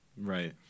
Right